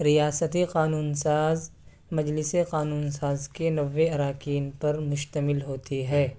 ریاستی قانون ساز مجلسِ قانون ساز کے نوے اراکین پر مشتمل ہوتی ہے